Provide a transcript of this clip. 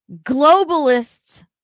globalists